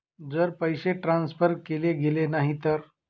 जर पैसे ट्रान्सफर केले गेले नाही तर?